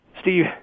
Steve